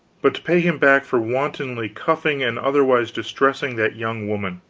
but to pay him back for wantonly cuffing and otherwise distressing that young woman.